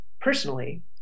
personally